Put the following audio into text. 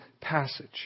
passage